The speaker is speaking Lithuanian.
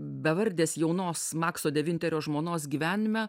bevardės jaunos makso devinterio žmonos gyvenime